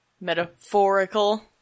Metaphorical